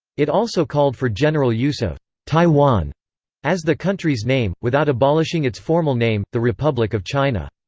it also called for general use of taiwan as the country's name, without abolishing its formal name, the republic of china.